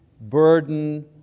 burden